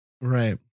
Right